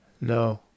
No